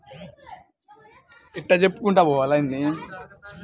ఖాతాదారుల యొక్క అవసరాలను బట్టి రకరకాల సేవల ద్వారా తీర్చవచ్చు